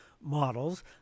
models